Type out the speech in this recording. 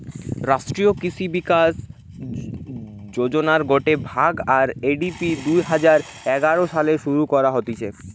রাষ্ট্রীয় কৃষি বিকাশ যোজনার গটে ভাগ, আর.এ.ডি.পি দুই হাজার এগারো সালে শুরু করা হতিছে